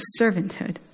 servanthood